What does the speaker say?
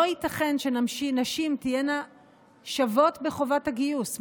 לא ייתכן שנשים תהיינה שוות בחובת הגיוס,